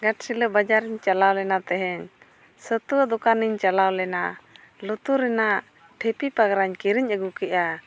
ᱜᱷᱟᱴᱥᱤᱞᱟᱹ ᱵᱟᱡᱟᱨ ᱤᱧ ᱪᱟᱞᱟᱣ ᱞᱮᱱᱟ ᱛᱮᱦᱮᱧ ᱥᱚᱛᱛᱚ ᱫᱳᱠᱟᱱ ᱤᱧ ᱪᱟᱞᱟᱣ ᱞᱮᱱᱟ ᱞᱩᱛᱩᱨ ᱨᱮᱱᱟᱜ ᱴᱷᱤᱯᱤ ᱯᱟᱜᱽᱨᱟᱧ ᱠᱤᱨᱤᱧ ᱟᱹᱜᱩ ᱠᱮᱫᱼᱟ